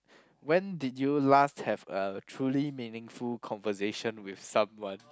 when did you last have a truly meaningful conversation with someone